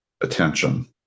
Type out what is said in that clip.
attention